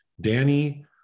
Danny